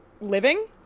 living